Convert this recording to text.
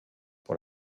pour